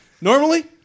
normally